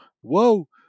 Whoa